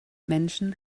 menschen